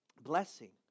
blessing